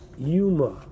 Yuma